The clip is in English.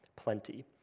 plenty